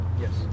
Yes